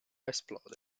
esplode